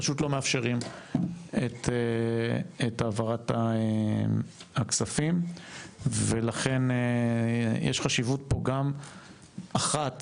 פשוט לא מאפשרים את העברת הכספים ולכן יש חשיבות פה גם אחת,